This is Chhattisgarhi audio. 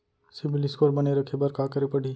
सिबील स्कोर बने रखे बर का करे पड़ही?